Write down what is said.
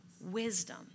wisdom